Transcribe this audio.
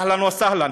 אהלן וסהלן,